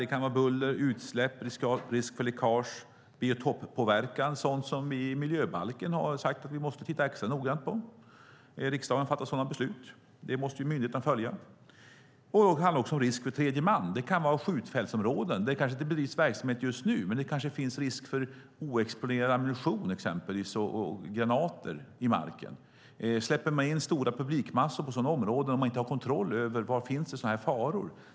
Det kan vara buller, utsläpp, risk för läckage, biotoppåverkan, sådant som vi enligt miljöbalken ska titta extra noggrant på. Riksdagen har fattat sådana beslut, och det måste myndigheterna följa. Det handlar också om risk för tredje man. Det kan vara skjutfältsområden. Det kanske inte bedrivs verksamhet där just nu, men det kanske finns risk för oexploderad ammunition och granater i marken. Kan man släppa in stora publikmassor på sådana områden och inte ha kontroll över vad det finns för faror?